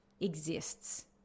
exists